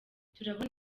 turabona